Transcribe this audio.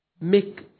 make